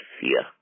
fear